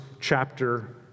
chapter